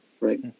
Right